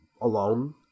alone